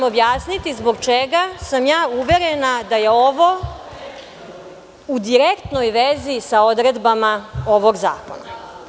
Objasniću vam zbog čega sam ja uverena da je ovo u direktnoj vezi sa odredbama ovog zakona.